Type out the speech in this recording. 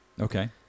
Okay